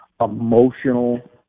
emotional